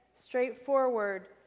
straightforward